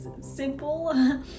simple